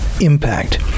impact